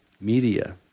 Media